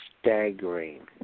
staggering